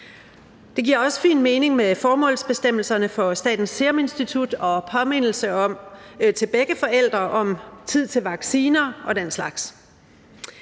Det giver også fin mening med formålsbestemmelserne for Statens Serum Institut og med påmindelser til begge forældre om tid til vacciner og den slags.